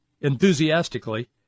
enthusiastically